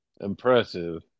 impressive